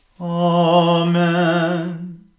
Amen